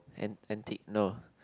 an~ antique no